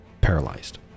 paralyzed